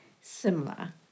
similar